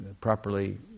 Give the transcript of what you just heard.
properly